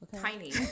Tiny